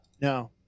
No